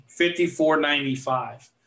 5495